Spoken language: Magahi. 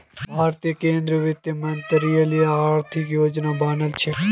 भारतीय केंद्रीय वित्त मंत्रालय आर्थिक योजना बना छे